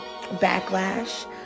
Backlash